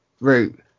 route